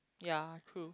ya true